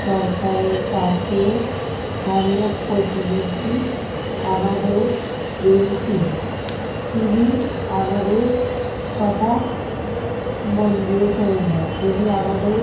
সরকারের কাছে স্থানীয় প্রতিনিধি আমাদের এমপি তিনি আমাদের কথা মন দিয়ে শোনেন না তিনি আমাদের